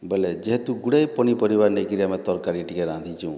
ବେଲେ ଯେହେତୁ ଗୁଡ଼ିଏ ପନିପରିବା ନେଇକିରି ଆମେ ତରକାରୀ ଟିକେ ରାନ୍ଧିଛୁଁ